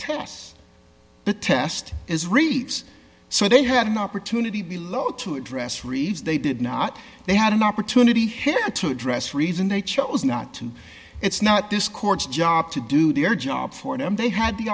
test the test is reefs so they had an opportunity below to address reads they did not they had an opportunity here to address reason they chose not to it's not this court's job to do their job for them they had the